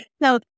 No